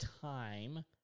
time